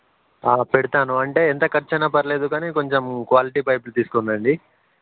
పెడతాను అంటే ఎంత ఖర్చు అయినా పర్లేదు కానీ కొంచెం క్వాలిటీ పైపులు తీసుకొనిరండి